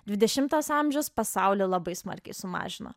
dvidešimtas amžius pasaulį labai smarkiai sumažino